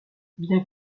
bien